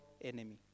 enemy